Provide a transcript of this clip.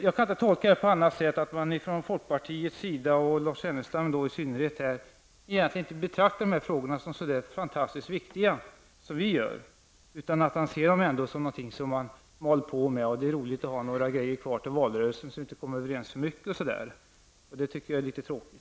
Jag kan inte tolka denna diskussion på annat sätt än att man från folkpartiets sida, i synnerhet Lars Ernestam, egentligen inte betraktar dessa frågor som så fantastiskt viktiga som vi gör. Lars Ernestam ser dem ändå som något man har fått arbeta med och att det är roligt att ha några frågor kvar till valrörelsen -- vi skall inte komma överens om för mycket osv. Det tycker jag är litet tråkigt.